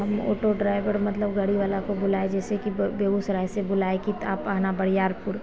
हम auto driver मतलब गाड़ी वाला को बुलाए जैसे कि बेगूसराय से बुलाए कि तो आप आना बैयारपुर